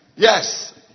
Yes